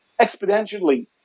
exponentially